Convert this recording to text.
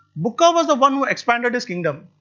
bukka was the one who expanded his kingdom.